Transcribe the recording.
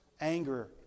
anger